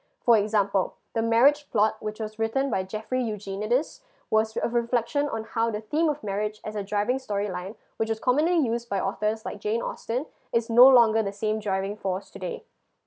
for example the marriage plot which was written by effrey eugenides was a reflection on how the theme of marriage as a driving story line which is commonly used by authors like jane austen is no longer the same driving force today